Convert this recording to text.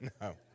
no